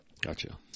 Gotcha